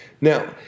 Now